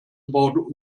about